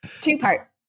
two-part